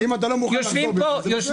אם אתה לא מוכן לחזור בך, זה בסדר.